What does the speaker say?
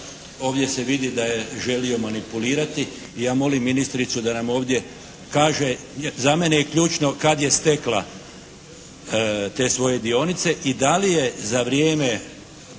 Ovdje se vidi da je želio manipulirati i ja molim ministricu da nam ovdje kaže. Za mene je ključno kad je stekla te svoje dionice i da li je za vrijeme